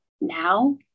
now